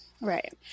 right